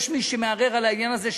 יש מי שמערער על העניין הזה,